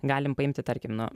galim paimti tarkim nu